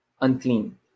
unclean